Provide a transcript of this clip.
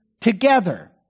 together